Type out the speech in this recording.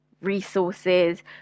resources